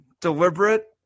deliberate